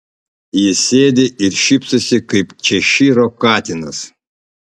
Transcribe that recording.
jis sėdi ir šypsosi kaip češyro katinas